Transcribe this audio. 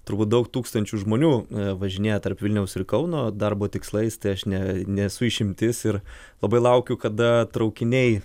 turbūt daug tūkstančių žmonių važinėja tarp vilniaus ir kauno darbo tikslais tai aš ne nesu išimtis ir labai laukiu kada traukiniai